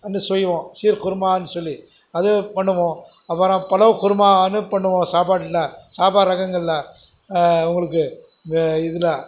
வந்து செய்வோம் சீர் குருமான்னு சொல்லி அது பண்ணுவோம் அப்புறம் பொலவ் குருமான்னு பண்ணுவோம் சாப்பாட்டில் சாப்பாடு ரகங்களில் உங்களுக்கு இதில்